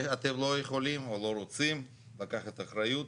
אתם לא יכולים או לא רוצים לקחת אחריות,